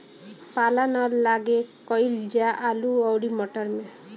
पाला न लागे का कयिल जा आलू औरी मटर मैं?